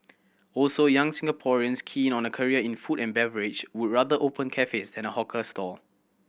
also young Singaporeans keen on a career in food and beverage would rather open cafes than a hawker stall